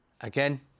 Again